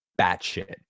batshit